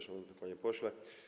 Szanowny Panie Pośle!